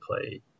play